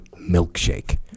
milkshake